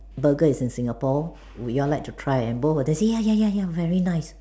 Burger is in Singapore would y'all like to try and both of them say ya ya ya ya very nice